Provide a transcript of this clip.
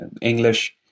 English